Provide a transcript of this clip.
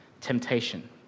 temptation